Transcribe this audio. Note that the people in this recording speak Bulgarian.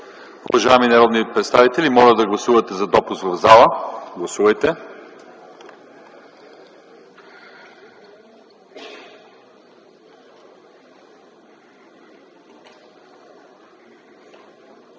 Уважаеми народни представители, моля, гласувайте за допуск в залата. Гласували